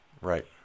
Right